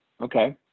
okay